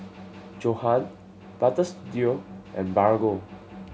Johan Butter Studio and Bargo